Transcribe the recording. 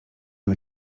dla